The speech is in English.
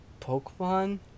Pokemon